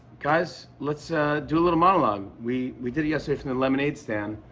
guys, let's ah do a little monologue. we we did it yesterday from the lemonade stand,